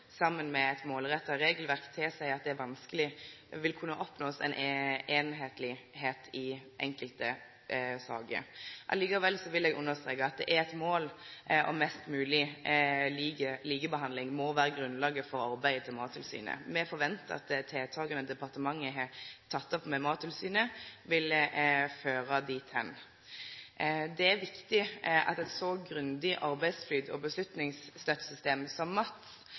sammen med et målrettet regelverk, tilsier at det vanskelig vil kunne oppnås fullstendig enhetlighet i de enkelte sakene». Likevel vil eg understreke at eit mål om mest mogleg likebehandling må vere grunnlaget for arbeidet til Mattilsynet. Me forventar at tiltaka departementet har teke opp med Mattilsynet, vil føre til det. Det er viktig at eit så grundig arbeidsflyt- og beslutningsstøttesystem som